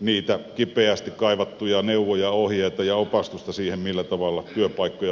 niitä kipeästi kaivattuja neuvoja ohjeita ja opastusta siihen millä tavalla työpaikkoja pystytään synnyttämään